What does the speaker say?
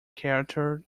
character